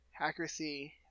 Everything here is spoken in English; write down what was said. accuracy